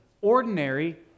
ordinary